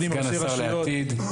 סגן השר לעתיד,